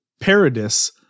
Paradis